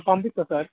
పంపిస్తాను సార్